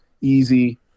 easy